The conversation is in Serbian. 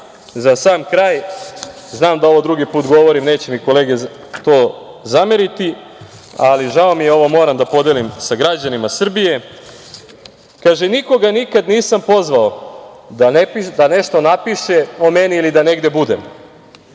za sam kraj, znam da ovo drugi put govorim, neće mi kolege zameriti, ali žao mi je, ovo moram da podelim sa građanima Srbije. Kaže – nikoga nikad nisam pozvao da nešto napiše o meni ili da negde budem.